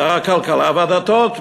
שר הכלכלה והדתות.